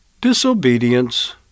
disobedience